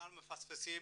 ואנחנו מפספסים